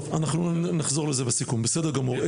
טוב, אנחנו נחזור לזה בסיכום, בסדר גמור.